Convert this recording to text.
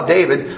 David